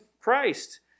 Christ